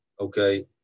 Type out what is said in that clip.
okay